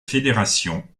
fédération